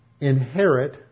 inherit